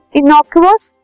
innocuous